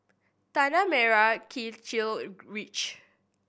Tanah Merah Kechil Ridge